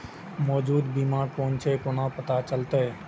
मौजूद बीमा कोन छे केना पता चलते?